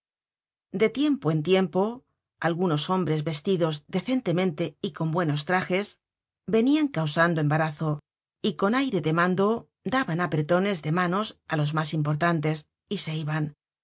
de tiempo en tiempo algunos hombres vestidos decentemente y con buenos trajes venian causando embarazo y con aire de mando daban apretones de manos á los mas importantes y se iban